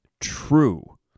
true